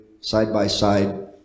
side-by-side